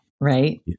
right